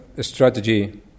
strategy